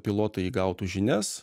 pilotai įgautų žinias